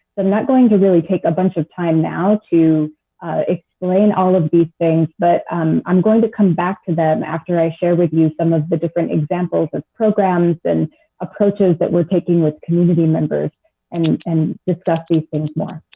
am not going to really take a bunch of time now to explain all of these things, but i am um um going to come back to them after i share with you some of the different examples of programs and approaches that we are taking with community members and and discuss these things